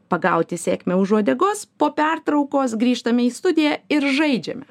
pagauti sėkmę už uodegos po pertraukos grįžtame į studiją ir žaidžiame